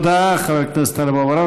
תודה, חבר הכנסת טלב אבו עראר.